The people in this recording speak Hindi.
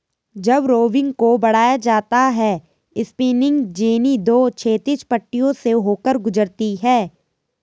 जब रोविंग को बढ़ाया जाता है स्पिनिंग जेनी दो क्षैतिज पट्टियों से होकर गुजरती है